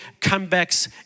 comebacks